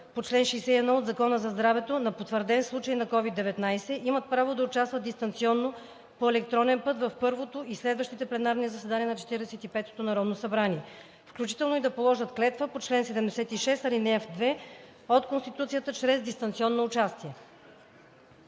по чл. 61 от Закона за здравето на потвърден случай на COVID-19, имат право да участват дистанционно по електронен път в първото и следващите пленарни заседания на Четиридесет и петото народно събрание, включително и да положат клетва по чл. 76, ал. 2 от Конституцията чрез дистанционно участие.